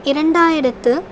இரண்டாயிரத்து